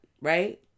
right